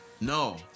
no